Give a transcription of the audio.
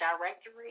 directory